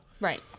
Right